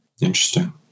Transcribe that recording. Interesting